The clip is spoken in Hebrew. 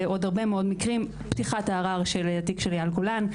ועוד הרבה מאוד מקרים; פתיחת הערר של התיק של אייל גולן,